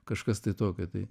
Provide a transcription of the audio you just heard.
kažkas tai tokio tai